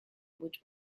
which